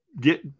Get